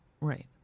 Right